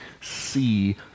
see